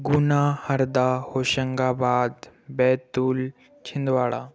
Guna Harda Hoshangabad Betul Chhindwara